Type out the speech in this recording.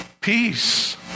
peace